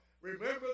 Remember